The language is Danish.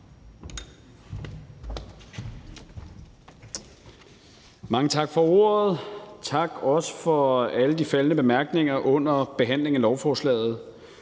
Mange tak for ordet. Også tak for alle de faldne bemærkninger under behandlingen af lovforslaget.